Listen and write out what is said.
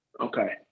Okay